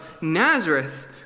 Nazareth